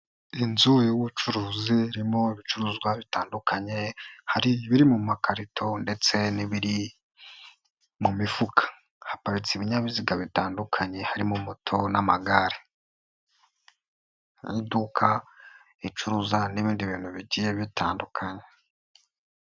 Inzu y'ubucuruzi irimo ibicuruzwa bitandukanye, hari ibiri mu makarito ndetse n'ibiri mu mifuka, haparitse ibinyabiziga bitandukanye harimo moto n'amagare, n'iduka ricuruza n'ibindi bintu bigiye bitandukanye.